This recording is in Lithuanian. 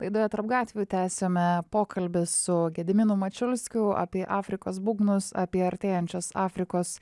laidoje tarp gatvių tęsiame pokalbį su gediminu mačiulskiu apie afrikos būgnus apie artėjančias afrikos